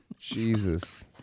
Jesus